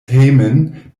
hejmen